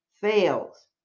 fails